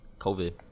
COVID